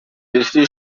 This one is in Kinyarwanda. yuzuye